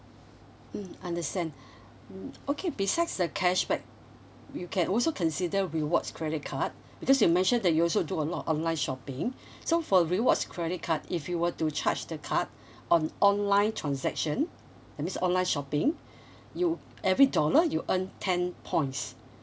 mm understand um okay besides the cashback you can also consider rewards credit card because you mentioned that you also do a lot of online shopping so for rewards credit card if you were to charge the card on online transaction that menas online shopping you every dollar you earn ten points